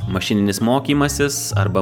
mašininis mokymasis arba